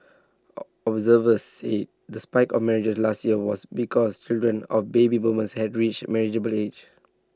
observers said the spike A marriages last year was because children of baby boomers had reached marriageable age